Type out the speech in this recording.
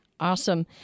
Awesome